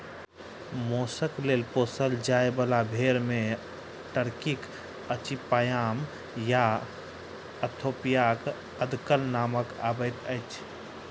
मौसक लेल पोसल जाय बाला भेंड़ मे टर्कीक अचिपयाम आ इथोपियाक अदलक नाम अबैत अछि